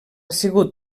sigut